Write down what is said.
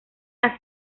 las